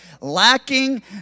lacking